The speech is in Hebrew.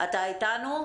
אתה אתנו?